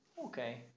okay